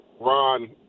Ron